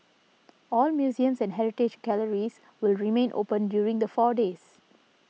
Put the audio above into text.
all museums and heritage galleries will remain open during the four days